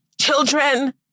children